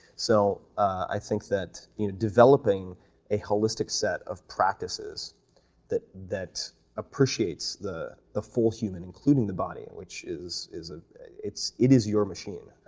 so i think that you know developing a holistic set of practices that that appreciates the the full human, including the body, which is is ah it is your machine.